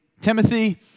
Timothy